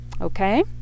okay